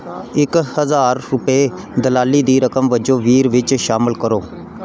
ਇੱਕ ਹਜ਼ਾਰ ਰੁਪਏ ਦਲਾਲੀ ਦੀ ਰਕਮ ਵਜੋਂ ਵੀਰ ਵਿੱਚ ਸ਼ਾਮਲ ਕਰੋ